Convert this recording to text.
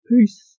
Peace